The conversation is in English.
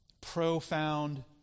profound